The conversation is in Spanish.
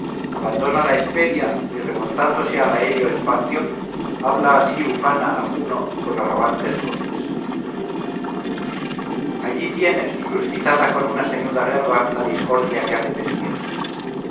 abandona la hesperia y remontándose al aéreo espacio habla así ufana a juno con arrogantes voces allí tienes suscitada con una sañuda guerra la discordia que apetecías